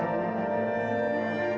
em